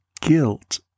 guilt